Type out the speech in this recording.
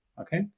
Okay